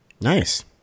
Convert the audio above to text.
Nice